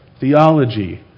theology